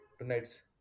tonight's